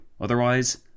Otherwise